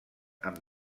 amb